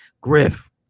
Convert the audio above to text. griff